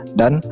dan